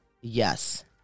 Yes